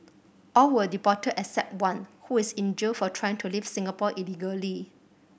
all were deported except one who is in jail for trying to leave Singapore illegally